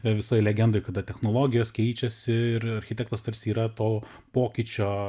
visoj legendoj kada technologijos keičiasi ir architektas tarsi yra to pokyčio